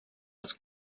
als